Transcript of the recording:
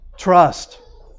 Trust